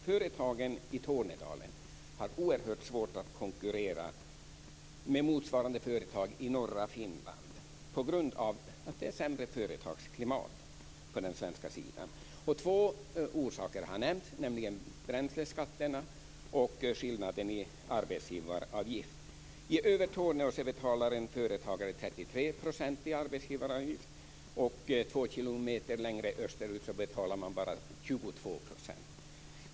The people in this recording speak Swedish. Företagen i Tornedalen har oerhört svårt att konkurrera med motsvarande företag i norra Finland på grund av att det är sämre företagsklimat på den svenska sidan. Två orsaker har nämnts, nämligen bränsleskatterna och skillnaderna när det gäller arbetsgivaravgifter. I Övertorneå betalar en företagare 33 % i arbetsgivaravgift, och två kilometer längre österut betalar en företagare bara 22 % i arbetsgivaravgift.